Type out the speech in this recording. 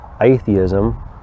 atheism